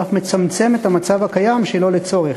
ואף מצמצם את המצב הקיים שלא לצורך.